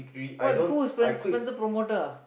what who is spen~ Spencer promoter ah